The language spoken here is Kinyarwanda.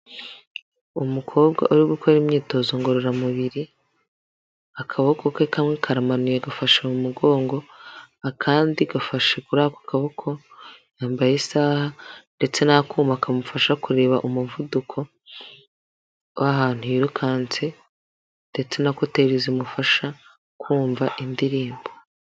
Umukobwa ari gukora imyitozo ngororamubiri, akaboko ke kamwe karamanuye, gafashe mu mugongo, akandi gafashe kuri ako kaboko, yambaye isaha ndetse n'akuma kamufasha kureba umuvuduko w'ahantu yirukanse ndetse na kuteri zimufasha kumva indirimbo.